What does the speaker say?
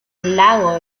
lago